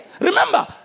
Remember